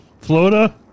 Florida